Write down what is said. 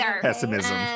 pessimism